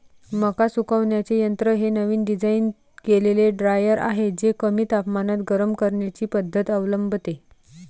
मका सुकवण्याचे यंत्र हे नवीन डिझाइन केलेले ड्रायर आहे जे कमी तापमानात गरम करण्याची पद्धत अवलंबते